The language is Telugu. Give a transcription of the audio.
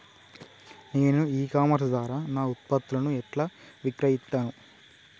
నేను ఇ కామర్స్ ద్వారా నా ఉత్పత్తులను ఎట్లా విక్రయిత్తను?